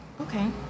okay